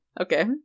Okay